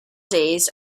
days